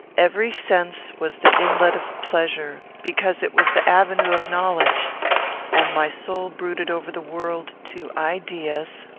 every sense was the inlet of pleasure, because it was the avenue of knowledge and my soul brooded over the world to ideas,